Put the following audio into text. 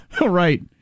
Right